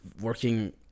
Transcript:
working